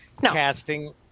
casting